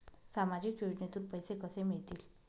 सामाजिक योजनेतून पैसे कसे मिळतील?